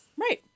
Right